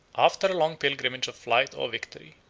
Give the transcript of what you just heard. after a long pilgrimage of flight or victory,